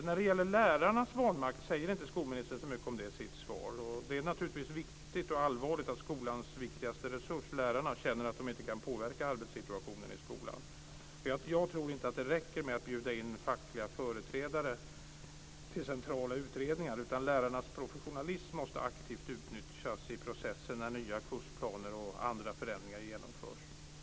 När det gäller lärarnas vanmakt säger inte skolministern så mycket om det i sitt svar. Det är naturligtvis allvarligt att skolans viktigaste resurs, lärarna, känner att de inte kan påverka arbetssituationen i skolan. Jag tror inte att det räcker med att bjuda in fackliga företrädare till centrala utredningar, utan lärarnas professionalism måste aktivt utnyttjas i processen när nya kursplaner och andra förändringar genomförs.